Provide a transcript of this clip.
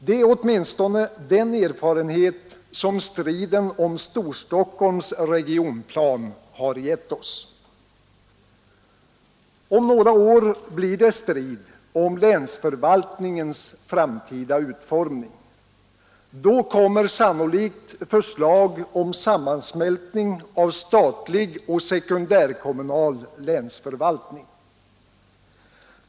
Det är åtminstone den erfarenhet som striden om Storstockholms regionplan gett oss. Om några år blir det strid om länsförvaltningens framtida utformning. Då kommer sannolikt förslag om sammansmältning av statlig och sekundärkommunal länsförvaltning.